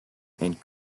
and